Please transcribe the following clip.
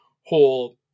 whole